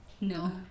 no